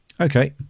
Okay